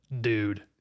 dude